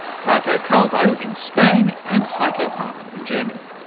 paco calvo in spain, and heiko hamann in germany.